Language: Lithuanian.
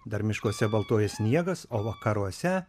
dar miškuose baltuoja sniegas o vakaruose